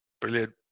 Brilliant